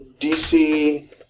DC